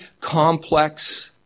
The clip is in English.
complex